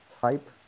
type